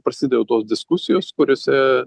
prasideda jau tos diskusijos kuriose